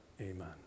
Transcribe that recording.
Amen